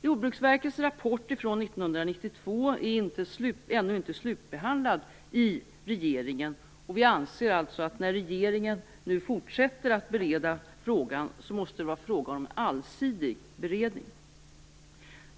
Jordbruksverkets rapporter från 1992 är ännu inte slutbehandlade i regeringen, och vi anser att när regeringen nu fortsätter att bereda frågan måste det vara en allsidig beredning.